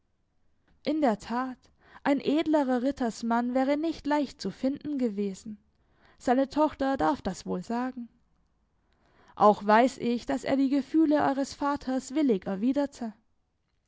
in der tat ein edlerer rittersmann wäre nicht leicht zu finden gewesen seine tochter darf das wohl sagen auch weiß ich daß er die gefühle eures vaters willig erwiderte